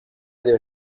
their